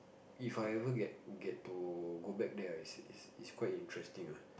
If I ever get get to go back there is is quite interesting ah